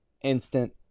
instant